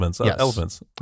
Elephants